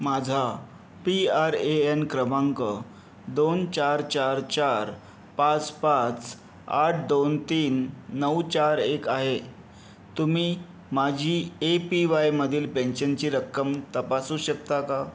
माझा P R A N क्रमांक दोन चार चार चार पाच पाच आठ दोन तीन नऊ चार एक आहे तुम्ही माझी ए पी वायमधील पेन्शनची रक्कम तपासू शकता का